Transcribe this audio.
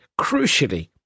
crucially